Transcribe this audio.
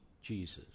Jesus